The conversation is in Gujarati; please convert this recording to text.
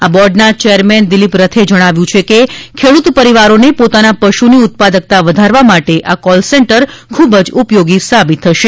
આ બોર્ડના ચેરમેન દિલિપ રથએ જણાવ્યુ છે કે ખેડૂત પરિવારોને પોતાના પશુની ઉત્પાદકતા વધારવા માટે આ કોલ સેંટર ખૂબ ઉપયોગી સાબિત થશે